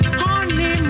honey